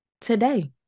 today